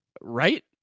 Right